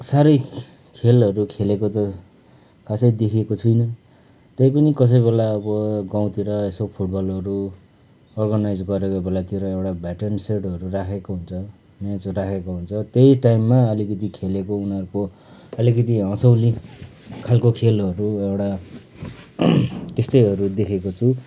साह्रै खेलहरू खेलेको त खासै देखेको छुइनँ तै पनि कसै बेला अब गाउँतिर यसो फुटबलहरू अर्गनाइज गरेको बेलातिर एउटा भेटरेन सेटहरू राखेको हुन्छ म्याच राखेको हुन्छ त्यही टाइममा अलिकिति खेलेको उनीहरूको अलिकिति हँस्यौली खालको खेलहरू एउटा त्यस्तैहरू देखेको छु